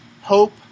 hope